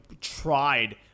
tried